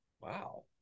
Wow